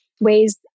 ways